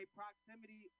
proximity